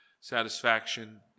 Satisfaction